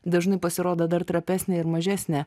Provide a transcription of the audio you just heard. dažnai pasirodo dar trapesnė ir mažesnė